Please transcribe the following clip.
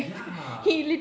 ya